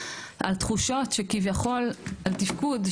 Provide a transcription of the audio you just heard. על תחושות של כביכול תפקוד,